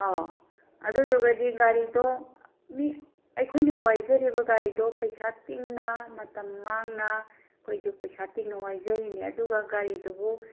ꯑꯧ ꯑꯗꯨꯗꯨꯒꯗꯤ ꯒꯥꯔꯤꯗꯣ ꯃꯤ ꯑꯩꯈꯣꯏꯅ ꯋꯥꯏꯖꯔꯤꯕ ꯒꯥꯔꯤꯗꯣ ꯄꯩꯁꯥ ꯇꯤꯡꯅ ꯃꯇꯝ ꯃꯥꯡꯅ ꯑꯩꯈꯣꯏꯁꯨ ꯄꯩꯁꯥ ꯇꯤꯡꯅ ꯋꯥꯏꯖꯔꯤꯅꯦ ꯑꯗꯨꯒ ꯒꯥꯔꯤꯗꯨꯕꯨ